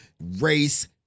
race